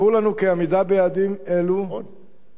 ברור לנו כי עמידה ביעדים אלו, נכון.